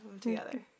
together